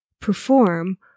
perform